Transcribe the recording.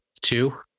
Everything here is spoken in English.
two